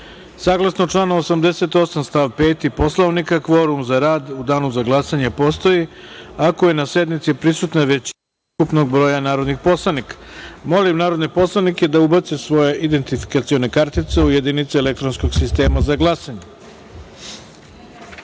kvorum. Saglasno članu 88. stav 5. Poslovnika kvorum za rad u danu za glasanje postoji ako je na sednici prisutna većina od ukupnog broja narodnih poslanika. Molim narodne poslanike da ubace svoje identifikacione kartice u jedinice elektronskog sistema za